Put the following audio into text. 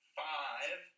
five